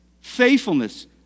faithfulness